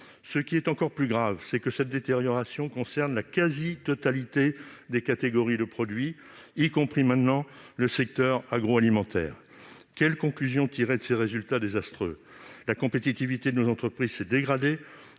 se dégrader. Plus grave encore, cette détérioration concerne la quasi-totalité des catégories de produits, y compris, désormais, le secteur agroalimentaire. Quelle conclusion tirer de ces résultats désastreux ? La compétitivité de nos entreprises s'est dégradée,